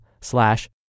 slash